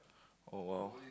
oh !wow!